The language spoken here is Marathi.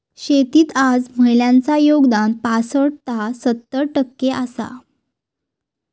शेतीत आज महिलांचा योगदान पासट ता सत्तर टक्के आसा